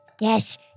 Yes